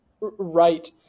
right